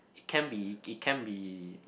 can be it can be